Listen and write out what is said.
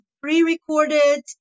pre-recorded